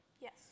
Yes